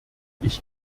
ich